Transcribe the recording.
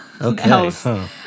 Okay